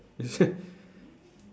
this